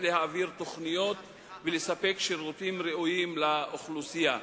להעביר תוכניות ולספק שירותים ראויים לאוכלוסייה.